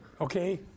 Okay